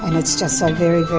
and it's just so very, very